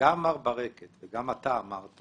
גם מר ברקת וגם אתה אמרת